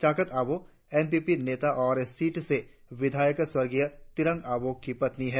चाकत Aboh N P P नेता और seat से विधायक स्वर्गीय तिरोंग अबोह की पत्नी है